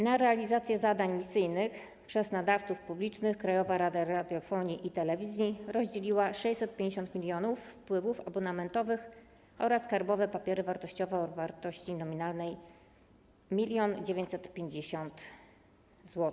Na realizację zadań misyjnych przez nadawców publicznych Krajowa Rada Radiofonii i Telewizji rozdzieliła 650 mln wpływów abonamentowych oraz skarbowe papiery wartościowe o wartości nominalnej 1 mln 950 zł.